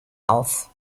auf